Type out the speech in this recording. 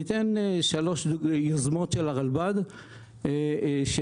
אני אתן שלוש יוזמות של הרלב"ד שעלו,